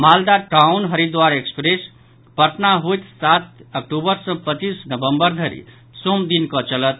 Malda town Haridwar express Patna होइत सात अक्टूबर सॅ पच्चीस नवंबर धरि सोम दिन कऽ चलत